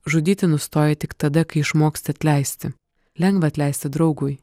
žudyti nustoji tik tada kai išmoksti atleisti lengva atleisti draugui